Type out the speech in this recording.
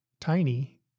tiny